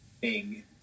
big